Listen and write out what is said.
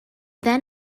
then